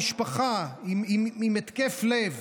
במשפחה עם התקף לב,